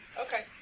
Okay